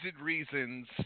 reasons